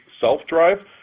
self-drive